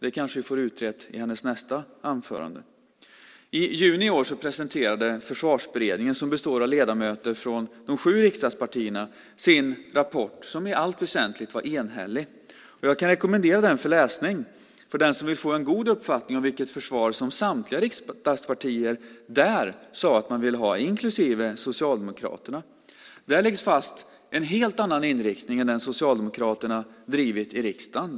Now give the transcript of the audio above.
Det kanske vi får utrett i hennes nästa anförande. I juni i år presenterade Försvarsberedningen, som består av ledamöter från de sju riksdagspartierna, sin rapport som i allt väsentligt var enhällig. Jag kan rekommendera den för läsning till den som vill få en god uppfattning om vilket försvar som samtliga riksdagspartier där sade att de ville ha, inklusive Socialdemokraterna. Där läggs fast en helt annan inriktning än den som Socialdemokraterna drivit i riksdagen.